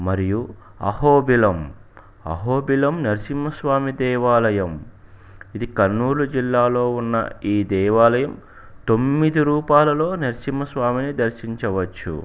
మరియు అహోబిలం అహోబిలం నరసింహస్వామి దేవాలయం ఇది కర్నూలు జిల్లాలో ఉన్న ఈ దేవాలయం తొమ్మిది రూపాలలో నర్సింహస్వామిని దర్శించవచ్చు